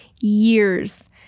years